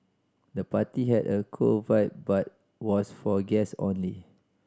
the party had a cool vibe but was for guest only